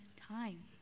time